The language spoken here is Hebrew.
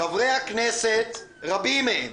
חברי הכנסת, רבים מהם